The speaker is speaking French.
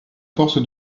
force